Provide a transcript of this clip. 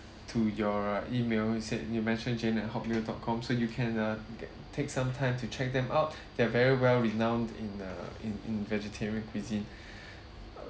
to your E-mail you said you mentioned jane at Hotmail dot com so you can err take some time to check them out they're very well renowned in uh in in vegetarian cuisine